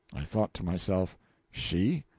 i thought to myself she?